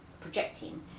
projecting